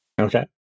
okay